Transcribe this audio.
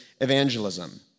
evangelism